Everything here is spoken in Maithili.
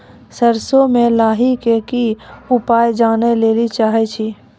सरसों मे लाही के ली उपाय जाने लैली चाहे छी?